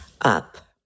up